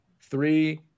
Three